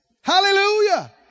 Hallelujah